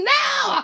now